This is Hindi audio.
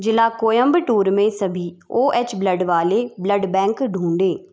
जिला कोयंबटूर में सभी ओ एच ब्लड वाले ब्लड बैंक ढूँढें